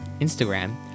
Instagram